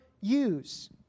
use